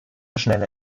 schnelle